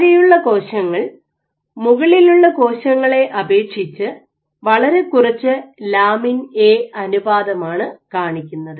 താഴെയുള്ള കോശങ്ങൾ മുകളിലുള്ള കോശങ്ങളെ അപേക്ഷിച്ച് വളരെ കുറച്ച് ലാമിൻ എ അനുപാതമാണ് കാണിക്കുന്നത്